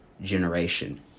generation